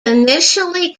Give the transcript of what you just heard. initially